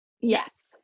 Yes